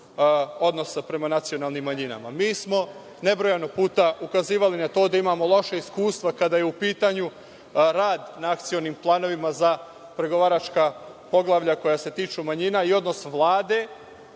odnosa prema nacionalnim manjinama. Mi smo nebrojano puta ukazivali na to da imamo loša iskustva kada je u pitanju rad na akcionim planovima za pregovaračka poglavlja koja se tiču manjina, i odnos Vlade,